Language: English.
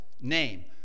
name